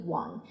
one